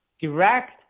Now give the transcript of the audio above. direct